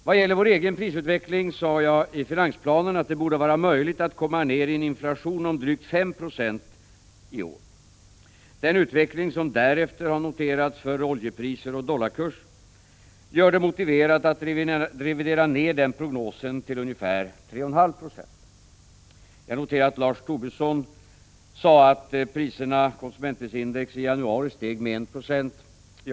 Vad gäller vår egen prisutveckling uttalade jag i finansplanen att det borde vara möjligt att komma ned i en inflation på drygt 5 96 i år. Den utveckling som därefter har noterats för oljepriser och dollarkurs gör det motiverat att revidera den prognosen till ungefär 3,5 90. Jag noterade att Lars Tobisson sade att konsumentprisindex i januari steg med 1 96.